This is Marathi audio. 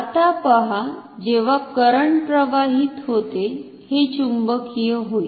आता पहा जेव्हा करंट प्रवाहित होते हे चुंबकीय होईल